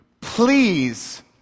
Please